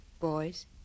Boys